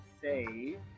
Save